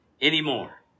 anymore